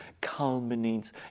culminates